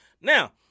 Now